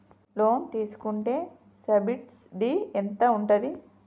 Loan తీసుకుంటే subsidy ఎంత ఉంటది?